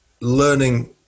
learning